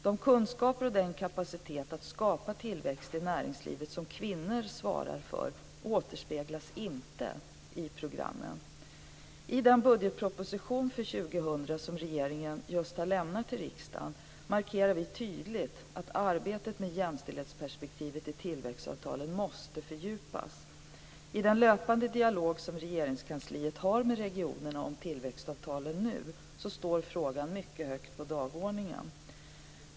De kunskaper och den kapacitet att skapa tillväxt i näringslivet som kvinnor svarar för återspeglas inte i programmen. I den budgetproposition för 2000 som regeringen just har lämnat till riksdagen markerar vi tydligt att arbetet med jämställdhetsperspektivet i tillväxtavtalen måste fördjupas. I den löpande dialog som Regeringskansliet har med regionerna om tillväxtavtalen nu står frågan högt på dagordningen.